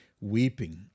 weeping